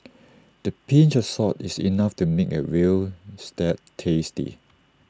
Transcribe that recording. the pinch of salt is enough to make A Veal Stew tasty